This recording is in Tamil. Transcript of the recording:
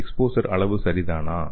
எக்ஃஸ்போஸர் அளவு சரிதானா